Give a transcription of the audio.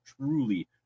truly